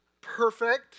perfect